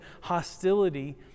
hostility